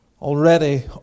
already